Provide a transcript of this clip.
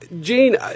Gene